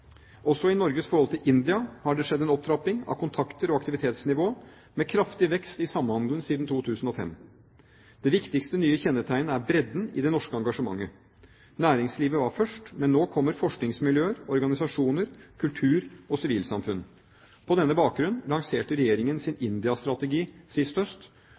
Også i Norges forhold til India har det skjedd en opptrapping av kontakter og aktivitetsnivå, med kraftig vekst i samhandelen siden 2005. Det viktigste nye kjennetegnet er bredden i det norske engasjementet. Næringslivet var først, men nå kommer forskningsmiljøer, organisasjoner, kultur og sivilsamfunn. På denne bakgrunn lanserte Regjeringen sin India-strategi sist høst,